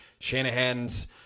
Shanahan's